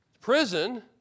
prison